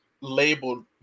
labeled